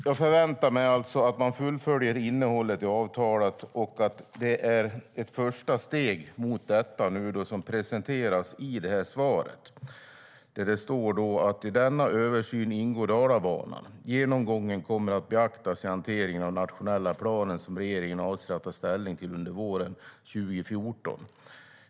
Jag förväntar mig att man fullföljer innehållet i avtalet och att det är ett första steg mot det som presenteras i svaret. Här står: "I denna översyn ingår också Dalabanan. Genomgången kommer att beaktas i hanteringen av den nationella plan som regeringen avser att ta ställning till under våren 2014."